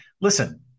listen